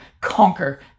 conquer